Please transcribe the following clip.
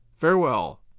Farewell